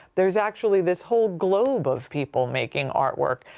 there's actually this whole globe of people making artwork.